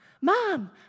mom